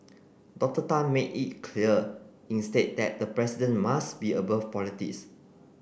Doctor Tang made it clear instead that the president must be above politics